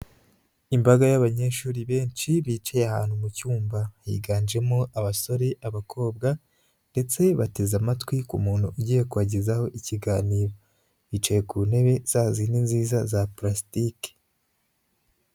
Imbaga y'abanyeshuri benshi bicaye ahantu mu cyumba, higanjemo abasore, abakobwa ndetse bateze amatwi ku muntu ugiye kubagezaho ikiganiro, bicaye ku ntebe za zindi nziza za parasitiki.